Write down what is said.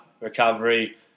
recovery